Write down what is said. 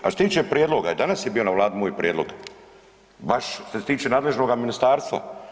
A što se tiče prijedloga, danas je bio na Vladi moj prijedlog, baš što se tiče nadležnoga ministarstva.